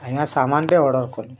ଆଜ୍ଞା ସାମାନ୍ଟେ ଅର୍ଡ଼ର୍ କରିବୁ